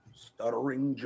Stuttering